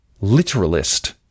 literalist